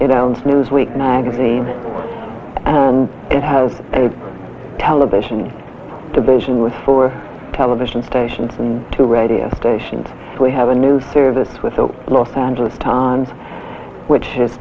it owns newsweek magazine it has a television division with four television stations and two readiest stations we have a new service with the los angeles times which is